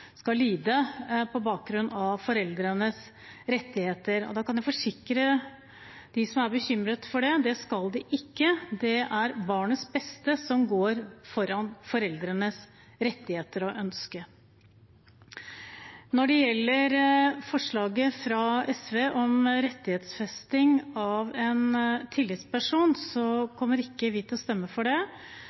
skal lide på bakgrunn av foreldrenes rettigheter. Da kan jeg forsikre dem som er bekymret for det, om at det skal det ikke. Det er barnets beste som går foran foreldrenes rettigheter og ønsker. Når det gjelder forslaget fra SV om rettighetsfesting av en tillitsperson, kommer ikke vi til å stemme for det.